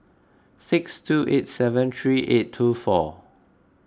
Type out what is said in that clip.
six two eight seven three eight two four